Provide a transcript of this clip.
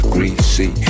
Greasy